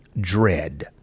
dread